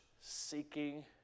seeking